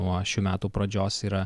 nuo šių metų pradžios yra